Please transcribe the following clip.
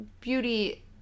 beauty